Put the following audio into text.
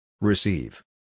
Receive